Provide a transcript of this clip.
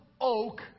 oak